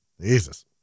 Jesus